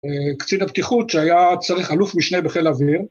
קצין הבטיחות שהיה צריך אלוף משנה בחיל אוויר.